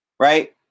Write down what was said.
right